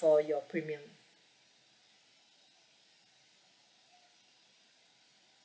for your premium